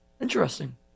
Interesting